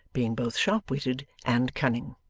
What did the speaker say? being both sharp-witted and cunning.